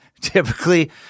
Typically